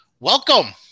Welcome